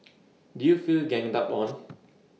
did you feel ganged up on